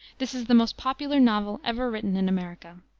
this is the most popular novel ever written in america.